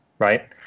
right